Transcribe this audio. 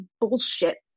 bullshit